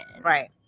Right